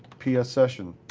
ps ah session.